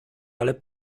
ale